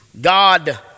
God